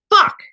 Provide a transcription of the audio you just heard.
fuck